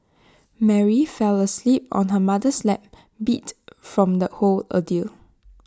Mary fell asleep on her mother's lap beat from the whole ordeal